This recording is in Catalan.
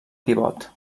pivot